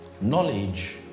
Knowledge